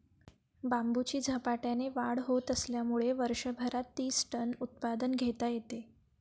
बांबूची झपाट्याने वाढ होत असल्यामुळे वर्षभरात तीस टन उत्पादन घेता येते